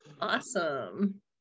awesome